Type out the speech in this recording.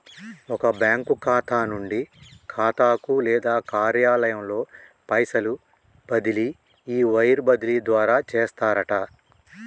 ఒక బ్యాంకు ఖాతా నుండి ఖాతాకు లేదా కార్యాలయంలో పైసలు బదిలీ ఈ వైర్ బదిలీ ద్వారా చేస్తారట